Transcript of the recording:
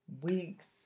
weeks